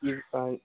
if I